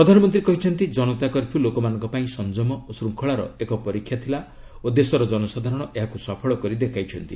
ପ୍ରଧାନମନ୍ତ୍ରୀ କହିଛନ୍ତି ଜନତା କର୍ଫ୍ୟୁ ଲୋକମାନଙ୍କ ପାଇଁ ସଂଯମ ଓ ଶୃଙ୍ଖଳାର ଏକ ପରୀକ୍ଷା ଥିଲା ଓ ଦେଶର ଜନସାଧାରଣ ଏହାକୁ ସଫଳ କରି ଦେଖାଇଛନ୍ତି